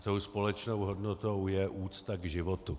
Tou společnou hodnotou je úcta k životu.